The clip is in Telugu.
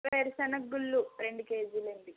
వేరుశనగ గుళ్ళు రెండు కేజీలండి